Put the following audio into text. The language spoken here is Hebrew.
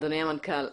אדוני המנכ"ל,